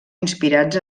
inspirats